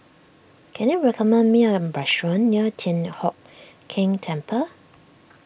can you recommend me a bathroom near Thian Hock Keng Temple